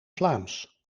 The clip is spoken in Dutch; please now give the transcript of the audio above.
vlaams